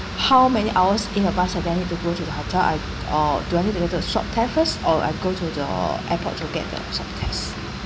how many hours in a bus do I need go to the hotel I or do I need to get to a swab test first or I go to the airport to take the swab test